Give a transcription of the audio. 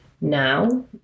now